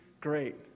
great